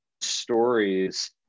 stories